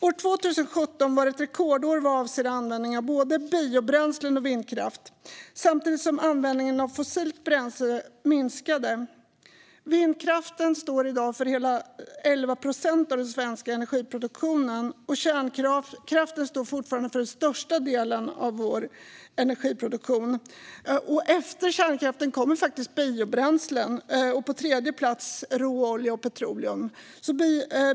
År 2017 var ett rekordår vad avser användningen av både biobränslen och vindkraft samtidigt som användningen av fossilt bränsle minskade. Vindkraften står i dag för hela 11 procent av den svenska energiproduktionen. Kärnkraften står fortfarande för den största delen av vår energiproduktion. Efter kärnkraften kommer faktiskt biobränslen, och på tredje plats kommer råolja och petroleum.